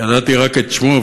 ידעתי רק את שמו,